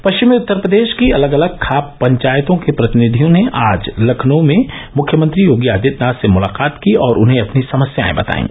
पश्चिमी उत्तर प्रदेश की अलग अलग खाप पंचायतों के प्रतिनिधियों ने आज लखनऊ में मुख्यमंत्री योगी आदित्यनाथ से मुलाकात की और उन्हें अपनी समस्याएं बतायीं